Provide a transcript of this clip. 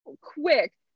quick